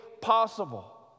possible